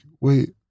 wait